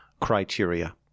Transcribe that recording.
criteria